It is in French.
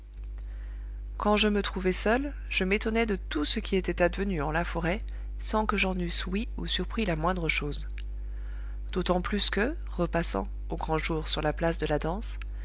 quand je me trouvai seul je m'étonnai de tout ce qui était advenu en la forêt sans que j'en eusse ouï ou surpris la moindre chose d'autant plus que repassant au grand jour sur la place de la danse